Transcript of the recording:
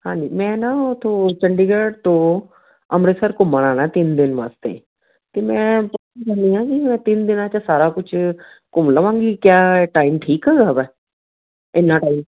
ਹਾਂਜੀ ਮੈਂ ਨਾ ਉੱਥੋਂ ਚੰਡੀਗੜ੍ਹ ਤੋਂ ਅੰਮ੍ਰਿਤਸਰ ਘੁੰਮਣ ਆਉਣਾ ਤਿੰਨ ਦਿਨ ਵਾਸਤੇ ਤਾਂ ਮੈਂ ਵੀ ਮੈਂ ਤਿੰਨ ਦਿਨਾਂ 'ਚ ਸਾਰਾ ਕੁਛ ਘੁੰਮ ਲਵਾਂਗੀ ਕਿਆ ਏ ਟਾਈਮ ਠੀਕ ਹੈਗਾ ਵਾ ਇੰਨਾਂ ਟਾਈਮ